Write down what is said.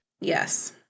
Yes